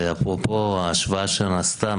אפרופו ההשוואה שנעשתה,